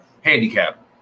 handicap